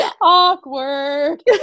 Awkward